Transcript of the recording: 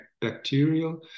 bacterial